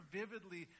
vividly